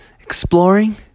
Exploring